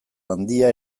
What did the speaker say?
handia